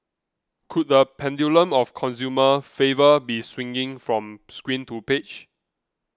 could the pendulum of consumer favour be swinging from screen to page